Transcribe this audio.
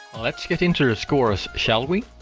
let's get into scores, shall we?